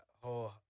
whole